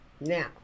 now